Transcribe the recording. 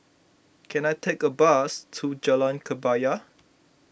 can I take a bus to Jalan Kebaya